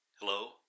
Hello